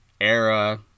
era